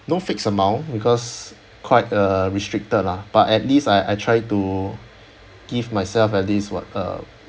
no fixed amount because quite uh restricted lah but at least I I try to give myself at least what uh